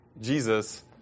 Jesus